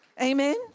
amen